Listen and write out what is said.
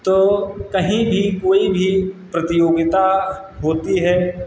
तो कहीं भी कोई भी प्रतियोगिता होती है